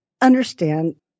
Understand